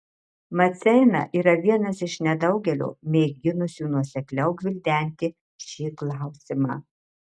maceina yra vienas iš nedaugelio mėginusių nuosekliau gvildenti šį klausimą